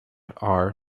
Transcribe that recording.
are